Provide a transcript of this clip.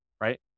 right